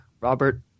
Robert